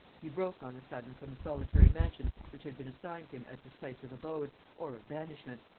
he broke on a sudden from the solitary mansion which had been assigned him as his place of abode, or of banishment,